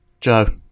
Joe